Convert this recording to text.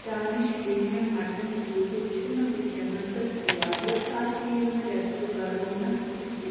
دانِش premium mutton cubes چھِنہٕ وُنٛکیٚس دٔستِیاب یہِ آسہِ ییٚمہِ ریٚتہٕ برٛۄنٛہہ دٔستِیاب